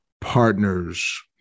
Partners